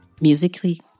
Musically